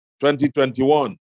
2021